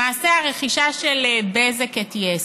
למעשה, הרכישה של בזק את יס.